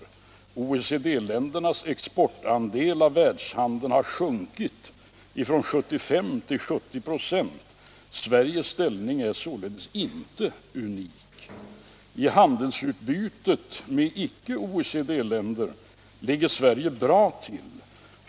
OECD-ländernas exportandel av världshandeln har sjunkit från 75 till 70 procent. Sveriges ställning är alltså inte unik. I handelsutbytet med icke OECD-länder ligger Sverige bra till.